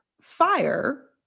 fire